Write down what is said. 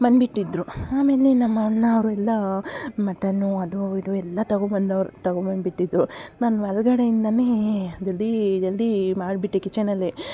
ಬಂದ್ಬಿಟ್ಟಿದ್ರು ಆಮೇಲೆ ನಮ್ಮಣ್ಣಾವರು ಇಲ್ಲ ಮಟನ್ನು ಅದು ಇದು ಎಲ್ಲ ತಗೋ ಬಂದವ್ರು ತಗೋ ಬಂದ್ಬಿಟ್ಟಿದ್ರು ನಾನು ಒಳ್ಗಡೆಯಿಂದನೇ ಜಲ್ದಿ ಜಲ್ದಿ ಮಾಡಿಬಿಟ್ಟೆ ಕಿಚನಲ್ಲೆ